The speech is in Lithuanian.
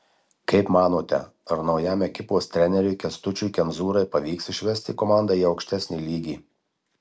kaip manote ar naujam ekipos treneriui kęstučiui kemzūrai pavyks išvesti komandą į aukštesnį lygį